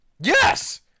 Yes